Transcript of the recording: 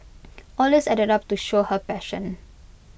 all these added up to show her passion